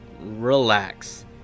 Relax